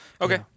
Okay